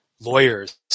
lawyers